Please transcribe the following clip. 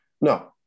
no